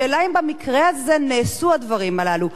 השאלה, האם במקרה הזה נעשו הדברים האלה?